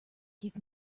give